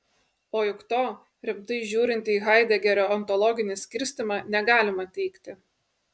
o juk to rimtai žiūrint į haidegerio ontologinį skirstymą negalima teigti